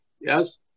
Yes